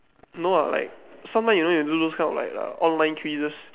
no ah like sometime you know you do those kind of like uh like online quizzes